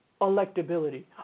electability